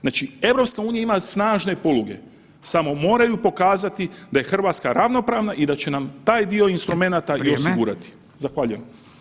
Znači, EU ima snažne poluge, samo moraju pokazati da je RH ravnopravna i da će nam taj dio instrumenata osigurati [[Upadica: Vrijeme]] Zahvaljujem.